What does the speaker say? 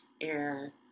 air